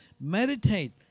Meditate